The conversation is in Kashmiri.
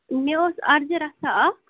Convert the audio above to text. مےٚ اوس عرضہٕ رَژھا اَکھ